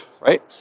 right